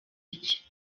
iki